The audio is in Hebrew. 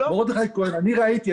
מרדכי כהן, אני ראיתי.